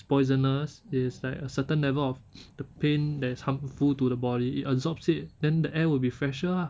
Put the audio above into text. poisonous is like a certain level of the paint that is harmful to the body it absorbs it then the air will be fresher ah